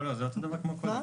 לא, זה אותו דבר כמו קודם.